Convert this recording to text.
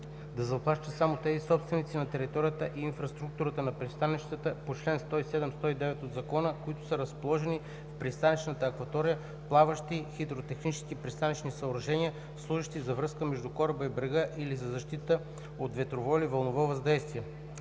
да заплащат само тези собственици на територията и инфраструктурата на пристанища по чл. 107 – 109 от Закона, които са разположили в пристанищната акватория плаващи хидротехнически пристанищни съоръжения, служещи за връзка между кораба и брега, или за защита от ветрово или вълново въздействие.